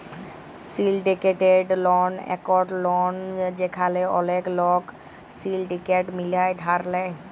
syndicated loan একট loan যেখালে ওলেক লক সিলডিকেট মিলায় ধার লেয়